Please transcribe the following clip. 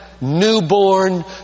newborn